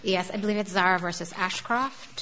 yes i believe it's our versus ashcroft